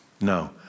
No